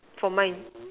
for mine